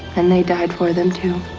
and they died for them, too.